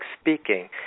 speaking